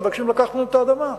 כשמבקשים לקחת ממנו את האדמה.